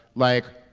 like,